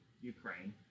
Ukraine